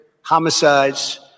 homicides